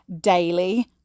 daily